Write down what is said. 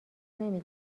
نمی